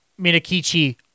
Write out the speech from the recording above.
Minakichi